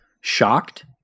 shocked